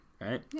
right